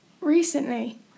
recently